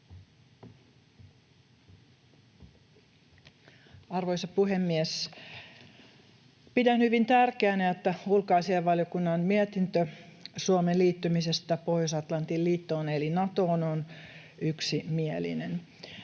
Arvoisa puhemies! Pidän hyvin tärkeänä, että ulkoasiainvaliokunnan mietintö Suomen liittymisestä Pohjois-Atlantin liittoon eli Natoon on yksimielinen.